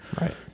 Right